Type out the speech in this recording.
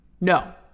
No